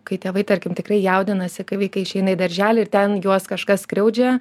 kai tėvai tarkim tikrai jaudinasi kai vaikai išeina į darželį ir ten juos kažkas skriaudžia